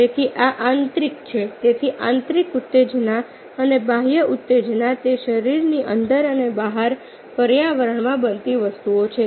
તેથી આ આંતરિક છે તેથી આંતરિક ઉત્તેજના અને બાહ્ય ઉત્તેજના તે શરીરની અંદર અને બહાર પર્યાવરણમાં બનતી વસ્તુઓ છે